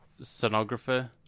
sonographer